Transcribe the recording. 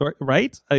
right